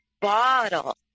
bottle